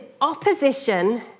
opposition